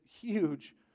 huge